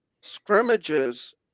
scrimmages